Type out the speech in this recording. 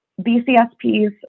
BCSP's